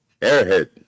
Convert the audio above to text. airhead